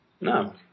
No